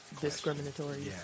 discriminatory